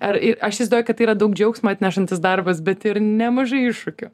ar aš įzdoju kad tai yra daug džiaugsmo atnešantis darbas bet ir nemažai iššūkių